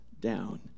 down